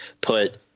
put